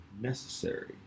necessary